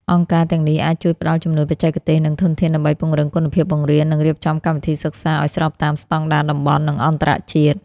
អង្គការទាំងនេះអាចជួយផ្តល់ជំនួយបច្ចេកទេស និងធនធានដើម្បីពង្រឹងគុណភាពបង្រៀន និងរៀបចំកម្មវិធីសិក្សាឱ្យស្របតាមស្តង់ដារតំបន់ និងអន្តរជាតិ។